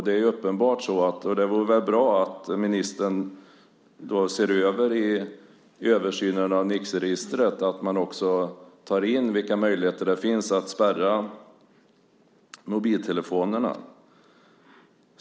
Det vore därför bra om ministern såg till att man i översynen av Nixregistret också tar med vilka möjligheter det finns att spärra mobiltelefoner.